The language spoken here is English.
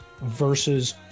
versus